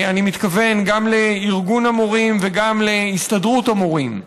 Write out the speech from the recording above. אני מתכוון גם לארגון המורים וגם להסתדרות המורים,